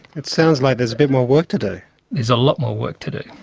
it sounds like there's a bit more work to do. there's a lot more work to do.